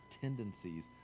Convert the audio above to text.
tendencies